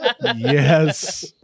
Yes